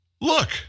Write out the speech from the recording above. Look